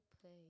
play